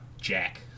Jack